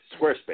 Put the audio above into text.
Squarespace